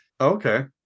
Okay